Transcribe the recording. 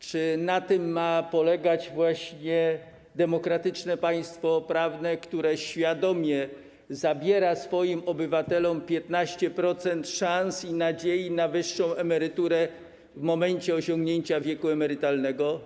Czy na tym ma polegać demokratyczne państwo prawne, które świadomie zabiera swoim obywatelom 15% szans i nadziei na wyższą emeryturę w momencie osiągnięcia wieku emerytalnego?